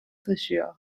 taşıyor